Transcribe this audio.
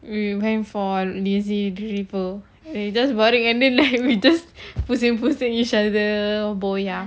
we went for lazy river we just bangun and then we just pusing-pusing each other buoy ya